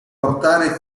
portare